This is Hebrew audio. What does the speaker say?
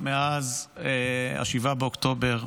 מאז 7 באוקטובר,